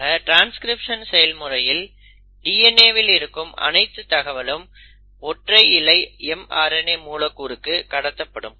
ஆக ட்ரான்ஸ்கிரிப்ஷன் செயல்முறையில் DNA வில் இருக்கும் அனைத்து தகவலும் ஒற்றை இழை mRNA மூலக்கூறுக்கு கடத்தப்படும்